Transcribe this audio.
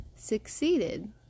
Succeeded